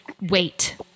Wait